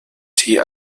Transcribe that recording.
tee